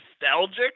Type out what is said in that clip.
nostalgic